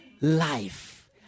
life